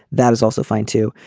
that is also fine too.